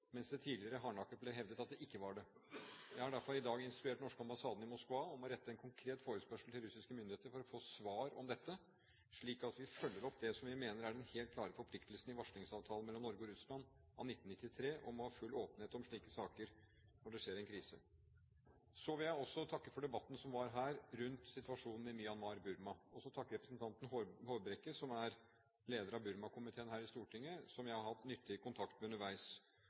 mens det tidligere hardnakket ble hevdet at det ikke var det. Jeg har derfor i dag instruert den norske ambassaden i Moskva om å rette en konkret forespørsel til russiske myndigheter for å få svar på dette, slik at vi følger opp det som vi mener er den helt klare forpliktelsen i varslingsavtalen mellom Norge og Russland av 1993, om å ha full åpenhet om slike saker når det skjer en krise. Så vil jeg takke for debatten om situasjonen i Myanmar, Burma. Jeg vil også takke representanten Håbrekke, som er leder av Burma-komiteen her i Stortinget, og som jeg har hatt nyttig kontakt med underveis.